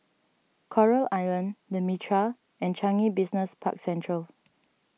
Coral Island the Mitraa and Changi Business Park Central